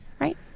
Right